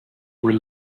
were